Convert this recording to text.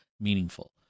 meaningful